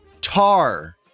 tar